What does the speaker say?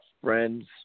friends